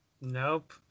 Nope